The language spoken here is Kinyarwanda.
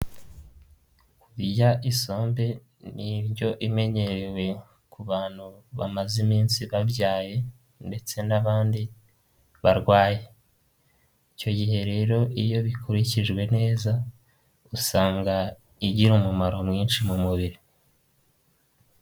Irya isombe ni indyo imenyerewe ku bantu bamaze iminsi babyaye, ndetse n'abandi barwaye icyo gihe rero iyo bikurikijwe neza usanga igira umumaro mwinshi mu mubiri.